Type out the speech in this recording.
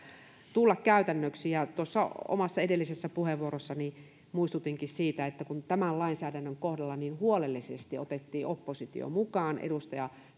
tulla käytännöksi omassa edellisessä puheenvuorossani muistutinkin siitä kun tämän lainsäädännön kohdalla niin huolellisesti otettiin oppositio mukaan edustaja